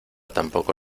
tampoco